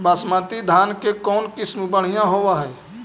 बासमती धान के कौन किसम बँढ़िया होब है?